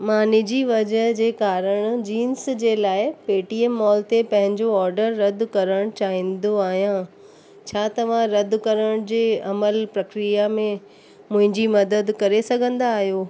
मां निजी वज़ह जे कारण जींस जे लाइ पेटीएम मॉल ते पंहिंजो ऑर्डर रदि करणु चाहींदो आहियां छा तव्हां रदि करण जे अमल प्रक्रिया में मुंहिंजी मदद करे सघंदा आहियो